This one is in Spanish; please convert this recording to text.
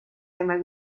temas